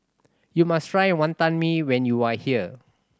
you must try Wonton Mee when you are here